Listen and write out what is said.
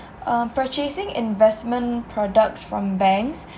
um purchasing investment products from banks